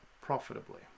profitably